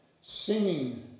Singing